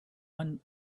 one